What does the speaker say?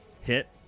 Hit